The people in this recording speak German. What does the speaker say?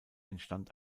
entstand